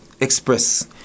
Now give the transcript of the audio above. express